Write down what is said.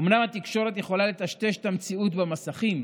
אומנם התקשורת יכולה לטשטש את המציאות במסכים,